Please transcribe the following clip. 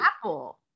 apple